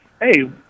hey